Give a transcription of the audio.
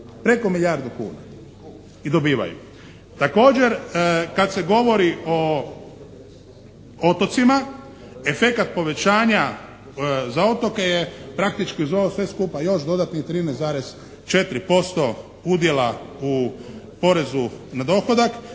preko milijardu kuna, i dobivaju. Također, kad se govori o otocima efekat povećanja za otoke je praktički uz ovo sve skupa još dodatnih 13,4% udjela u porezu na dohodak